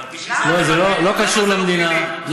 בשביל זה, פלילי.